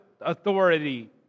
authority